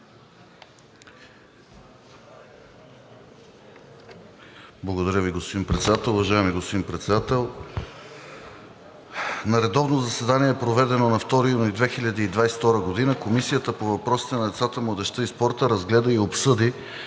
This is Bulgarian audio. Благодаря Ви, господин Председател. Уважаеми господин Председател! „На редовно заседание, проведено на 2 юни 2022 г., Комисията по въпросите на децата, младежта и спорта разгледа и обсъди